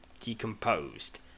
decomposed